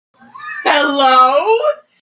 Hello